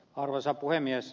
arvoisa puhemies